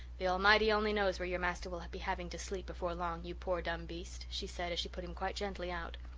the almighty only knows where your master will be having to sleep before long, you poor dumb beast she said as she put him quite gently out.